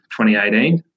2018